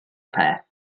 peth